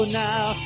now